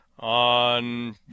on